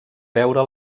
veure